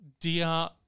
dear